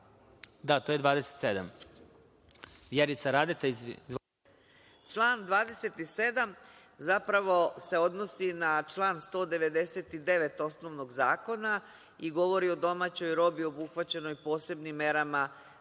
Radeta. **Vjerica Radeta** Član 27. zapravo se odnosi na član 199. osnovnog zakona i govori o domaćoj robi obuhvaćenoj posebnim merama